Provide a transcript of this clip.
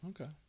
Okay